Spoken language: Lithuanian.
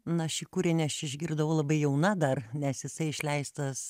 na šį kūrinį aš išgirdau labai jauna dar nes jisai išleistas